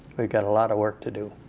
we've got a lot of work to do.